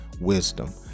wisdom